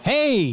Hey